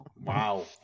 wow